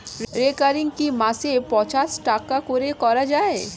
Recurring কি মাসে পাঁচশ টাকা করে করা যায়?